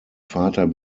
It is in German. vater